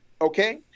Okay